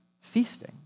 feasting